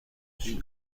این